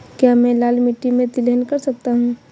क्या मैं लाल मिट्टी में तिलहन कर सकता हूँ?